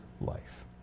life